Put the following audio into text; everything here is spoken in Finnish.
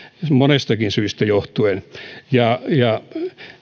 monistakin syistä johtuen ja ja